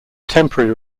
temporary